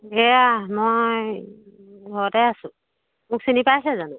এয়া মই ঘৰতে আছোঁ মোক চিনি পাইছে জানো